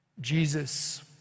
Jesus